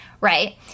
right